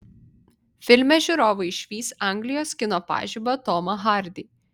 filme žiūrovai išvys anglijos kino pažibą tomą hardy